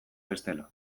bestela